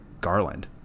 Garland